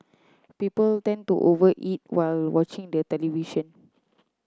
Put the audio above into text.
people tend to over eat while watching the television